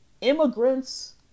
immigrants